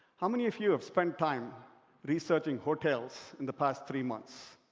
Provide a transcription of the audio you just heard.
how many of you have spent time researching hotels in the past three months?